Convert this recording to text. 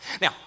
Now